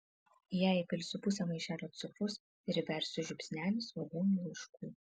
į ją įpilsiu pusę maišelio cukraus ir įbersiu žiupsnelį svogūnų laiškų